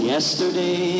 Yesterday